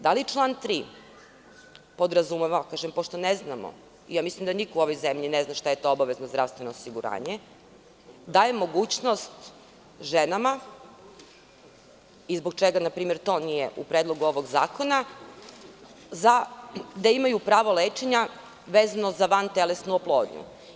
Da li član 3. podrazumeva, pošto ne znamo, ja mislim da niko u ovoj zemlji ne zna šta je to obavezno zdravstveno osiguranje, daje mogućnost ženama, i zbog čega npr. to nije u predlogu ovog zakona, da imaju pravo lečenja vezano za vantelesnu oplodnju?